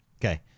Okay